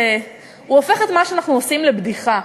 הוא הופך את מה שאנחנו עושים לבדיחה.